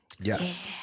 Yes